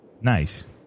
Nice